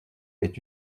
est